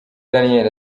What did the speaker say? daniel